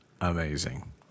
amazing